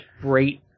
great